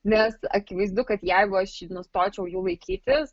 nes akivaizdu kad jeigu aš nustočiau jų laikytis